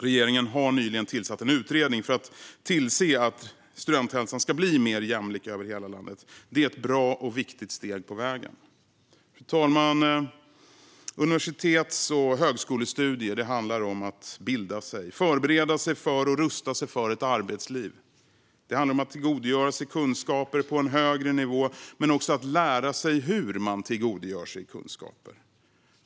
Regeringen har nyligen tillsatt en utredning för att tillse att studenthälsan ska bli mer jämlik över hela landet. Det är ett bra och viktigt steg på vägen. Fru talman! Universitets och högskolestudier handlar om att bilda sig, att förbereda sig för och att rusta sig för ett arbetsliv. Det handlar om att tillgodogöra sig kunskaper på en högre nivå men också om att lära sig hur man tillgodogör sig kunskaper.